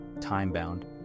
time-bound